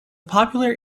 popular